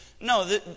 No